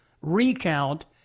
recount